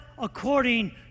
according